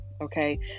okay